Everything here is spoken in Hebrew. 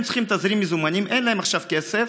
הם צריכים תזרים מזומנים, אין להם עכשיו כסף,